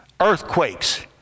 earthquakes